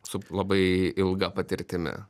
su labai ilga patirtimi